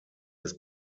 des